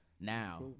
Now